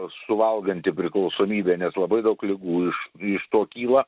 suvalganti priklausomybė nes labai daug ligų iš iš to kyla